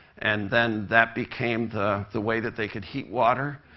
and then that became the the way that they could heat water.